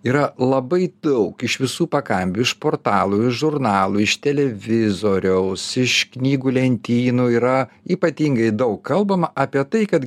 yra labai daug iš visų pakampių iš portalų iš žurnalų iš televizoriaus iš knygų lentynų yra ypatingai daug kalbama apie tai kad